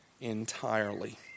entirely